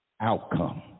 outcome